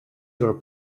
your